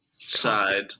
side